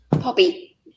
Poppy